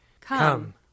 Come